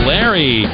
Larry